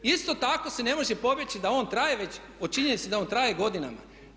Isto tako se ne može pobjeći da on traje već, od činjenice da on traje godinama.